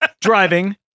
driving